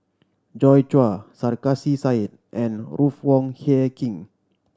Joi Chua Sarkasi Said and Ruth Wong Hie King